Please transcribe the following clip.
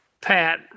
Pat